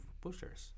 pushers